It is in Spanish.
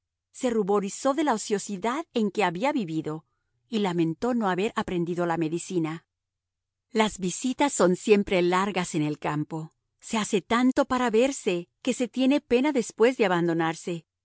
se ruborizó de la ociosidad en que había vivido y lamentó no haber aprendido la medicina las visitas son siempre largas en el campo se hace tanto para verse que se tiene pena después de abandonarse